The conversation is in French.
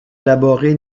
élaborée